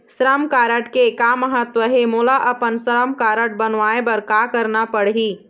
श्रम कारड के का महत्व हे, मोला अपन श्रम कारड बनवाए बार का करना पढ़ही?